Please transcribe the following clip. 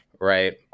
right